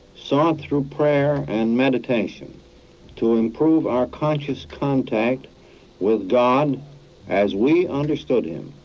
sought through prayer and meditation to improve our conscious contact with god as we understood him,